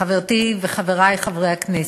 חברתי וחברי חברי הכנסת,